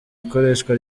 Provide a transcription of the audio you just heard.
ikoreshwa